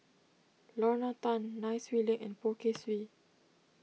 Lorna Tan Nai Swee Leng and Poh Kay Swee